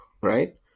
right